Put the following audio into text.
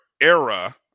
era